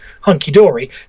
hunky-dory